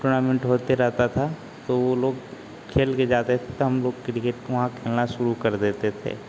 tournament होते रहता था तो वह लोग खेलकर जाते थे तो हमलोग क्रिकेट वहाँ खेलना शुरू कर देते थे